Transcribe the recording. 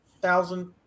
thousand